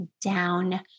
down